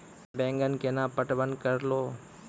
बैंगन केना पटवन करऽ लो?